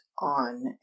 on